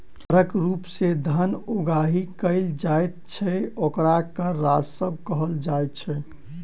करक रूप मे जे धन उगाही कयल जाइत छै, ओकरा कर राजस्व कहल जाइत छै